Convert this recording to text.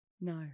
No